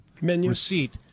receipt